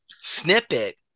snippet